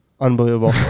Unbelievable